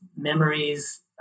memories